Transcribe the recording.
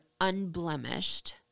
unblemished